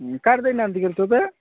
card ଦେଇନାହାନ୍ତି କି ରେ ତୋତେ